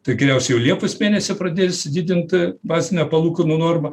tikriausiai jau liepos mėnesį pradės didint bazinę palūkanų normą